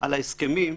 על ההסכמים,